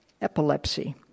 epilepsy